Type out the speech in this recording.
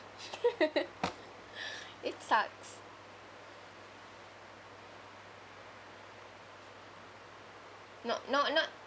it sucks not not not